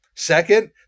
Second